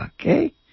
Okay